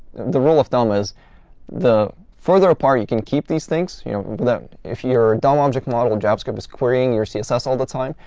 the rule of thumb is the further apart you can keep these things you know if your dom object model javascript is querying your css all the time,